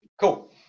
Cool